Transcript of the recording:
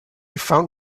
found